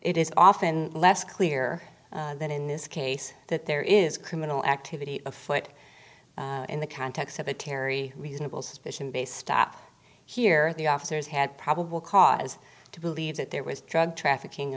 it is often less clear than in this case that there is criminal activity afoot in the context of a terry reasonable suspicion based stop here the officers had probable cause to believe that there was drug trafficking